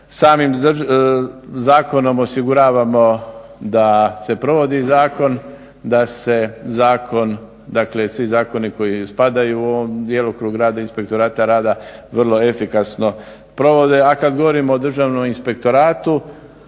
samim zakonom osiguravamo da se provodi zakon, da se zakon, dakle i svi zakoni koji spadaju u djelokrug rada Inspektorata rada vrlo efikasno provode, a kad govorimo o Državnom inspektoratu